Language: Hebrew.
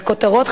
והכותרות,